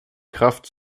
kraft